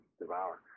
devour